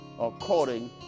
according